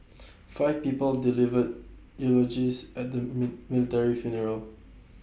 five people delivered eulogies at the mi military funeral